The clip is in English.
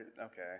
okay